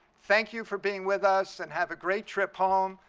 thank you for being with us and have a great trip home.